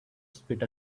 spit